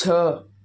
छह